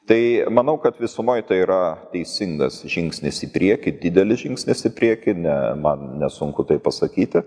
tai manau kad visumoj tai yra teisingas žingsnis į priekį didelis žingsnis į priekį ne man nesunku tai pasakyti